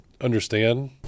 understand